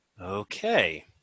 Okay